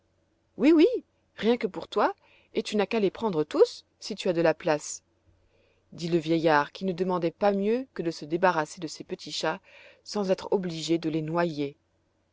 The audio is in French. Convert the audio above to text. oui oui rien que pour toi et tu n'as qu'à les prendre tous si tu as de la place dit le vieillard qui ne demandait pas mieux que de se débarrasser de ses petits chats sans être obligé de les noyer